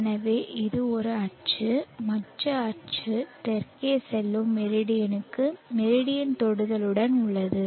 எனவே அது ஒரு அச்சு மற்ற அச்சு தெற்கே செல்லும் மெரிடியனுக்கு மெரிடியன் தொடுதலுடன் உள்ளது